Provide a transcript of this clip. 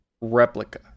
replica